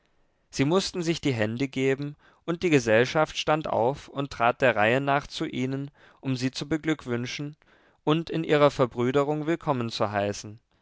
sie mußten sich die hände geben und die gesellschaft stand auf und trat der reihe nach zu ihnen um sie zu beglückwünschen und in ihrer verbrüderung willkommen zu heißen